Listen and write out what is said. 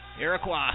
Iroquois